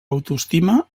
autoestima